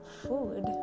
food